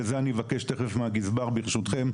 ברשותכם, הגזבר יוכל להתייחס לזה.